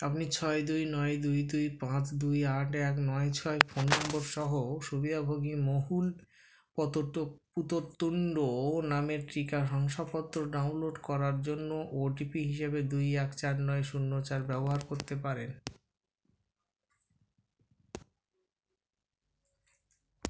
আপনি ছয় দুই নয় দুই দুই পাঁচ দুই আট এক নয় ছয় ফোন নম্বর সহ সুবিধাভোগী মোহুল পতোতো পুততুন্ড নামের টিকা শংসাপত্র ডাউনলোড করার জন্য ও টি পি হিসেবে দুই এক চার নয় শূন্য চার ব্যবহার করতে পারেন